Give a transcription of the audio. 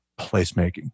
placemaking